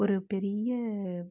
ஒரு பெரிய